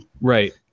Right